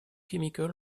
chemical